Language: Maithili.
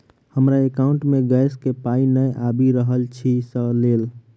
हमरा एकाउंट मे गैस केँ पाई नै आबि रहल छी सँ लेल?